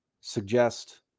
suggest